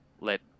let